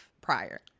prior